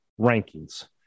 Rankings